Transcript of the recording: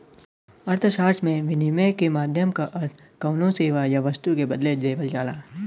अर्थशास्त्र में, विनिमय क माध्यम क अर्थ कउनो सेवा या वस्तु के बदले देवल जाला